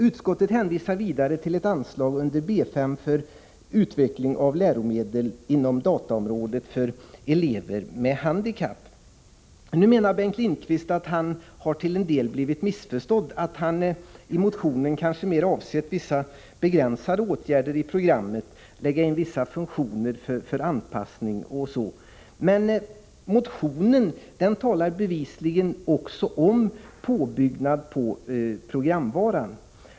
Utskottet hänvisar till ett anslag under punkten B 5 för utveckling av läromedel på dataområdet för elever med handikapp. Nu menar Bengt Lindqvist att han till en del har blivit missförstådd — han har i sin motion syftat till mera begränsade åtgärder i programmen, att vissa anpassningar av funktioner skall kunna göras osv. Men i motionen talas det bevisligen också om påbyggnad av programvara.